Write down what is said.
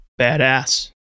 Badass